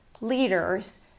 leaders